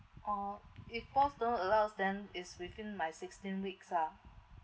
oh if boss don't allow then it's within my sixteen weeks lah